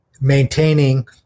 maintaining